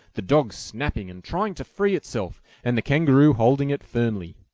the dog snapping and trying to free itself, and the kangaroo holding it firmly.